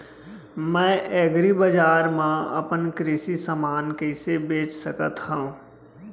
मैं एग्रीबजार मा अपन कृषि समान कइसे बेच सकत हव?